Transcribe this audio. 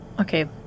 Okay